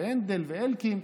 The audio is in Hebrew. הנדל ואלקין,